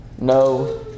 no